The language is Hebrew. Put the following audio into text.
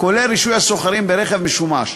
כולל רישוי הסוחרים ברכב משומש.